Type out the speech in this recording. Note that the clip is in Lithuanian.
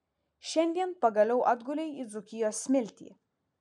šiandien pagaliau atgulei į dzūkijos smiltį